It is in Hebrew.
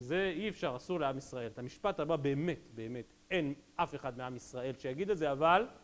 זה אי אפשר, אסור לעם ישראל. את המשפט הבא באמת, באמת. אין אף אחד מעם ישראל שיגיד את זה, אבל...